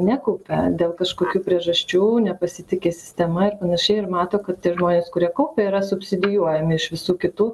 nekaupia dėl kažkokių priežasčių nepasitiki sistema ir panašiai ir mato tie žmonės kurie kaupia yra subsidijuojami iš visų kitų